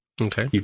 Okay